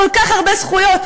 כל כך הרבה זכויות,